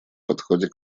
подходе